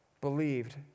believed